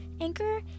Anchor